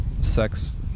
sex